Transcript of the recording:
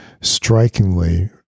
strikingly